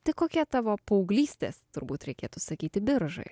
tai kokie tavo paauglystės turbūt reikėtų sakyti biržai